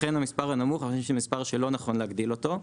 לכן, המספר הנמוך הוא מספר שלא נכון להגביל אותו.